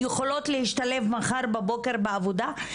יכולות להשתלב מחר בבוקר בעבודה.